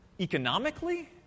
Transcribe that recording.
Economically